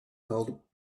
called